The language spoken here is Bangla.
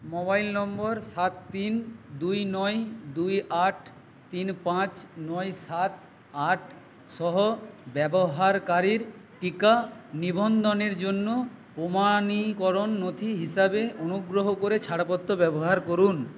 মোবাইল নম্বর সাত তিন দুই নয় দুই আট তিন পাঁচ নয় সাত আটসহ ব্যবহারকারীর টিকা নিবন্ধনের জন্য প্রমাণীকরণ নথি হিসাবে অনুগ্রহ করে ছাড়পত্র ব্যবহার করুন